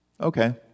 okay